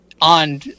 on